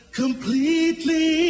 completely